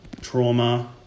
trauma